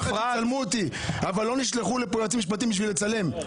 אני לא מפחד שיצלמו אותי אבל לא נשלחו לכאן יועצים משפטיים בשביל לצלם.